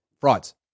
Frauds